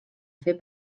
fer